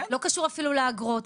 לא קשור אפילו לאגרות.